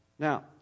Now